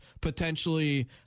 potentially